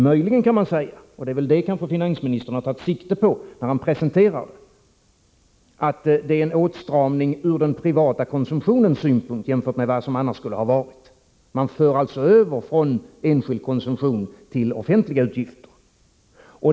Möjligen kan man säga — och det är väl kanske det som finansministern har tagit sikte på när han presenterat åtgärdspaketet — att det är en åtstramning ur den privata konsumtionens synpunkt jämfört med vad som annars skulle ha varit fallet. Man för alltså över från enskild konsumtion till offentliga utgifter.